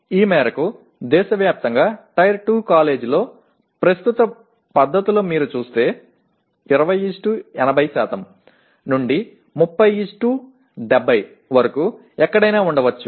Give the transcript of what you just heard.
ఈ మేరకు దేశవ్యాప్తంగా టైర్ 2 కాలేజీలో ప్రస్తుత పద్ధతులు మీరు చూస్తే 2080 నుండి 3070 వరకు ఎక్కడైనా ఉండవచ్చు